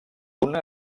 una